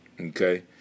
okay